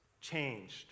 changed